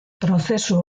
prozesu